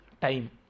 Time